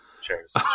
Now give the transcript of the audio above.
Cheers